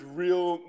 real